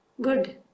Good